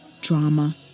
drama